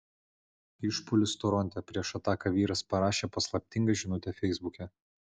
išpuolis toronte prieš ataką vyras parašė paslaptingą žinutę feisbuke